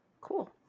Cool